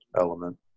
element